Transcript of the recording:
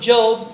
Job